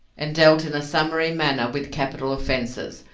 and dealt in a summary manner with capital offences,